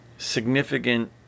significant